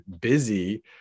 busy